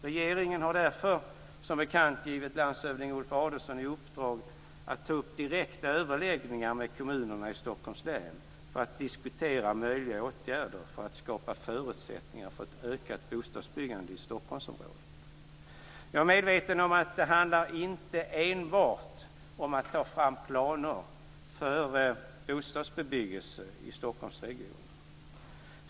Regeringen har därför som bekant givit landshövding Ulf Adelsohn i uppdrag att ta upp direkta överläggningar med kommunerna i Stockholms län för att diskutera möjliga åtgärder för att skapa förutsättningar för ett ökat bostadsbyggande i Stockholmsområdet. Jag är medveten om att det inte enbart handlar om att ta fram planer för bostadsbebyggelse i Stockholmsregionen.